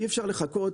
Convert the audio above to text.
אי אפשר לחכות,